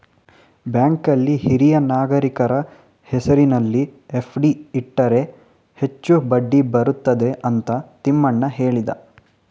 ಬ್ಯಾಂಕಲ್ಲಿ ಹಿರಿಯ ನಾಗರಿಕರ ಹೆಸರಿನಲ್ಲಿ ಎಫ್.ಡಿ ಇಟ್ಟರೆ ಹೆಚ್ಚು ಬಡ್ಡಿ ಬರುತ್ತದೆ ಅಂತ ತಿಮ್ಮಣ್ಣ ಹೇಳಿದ